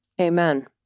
Amen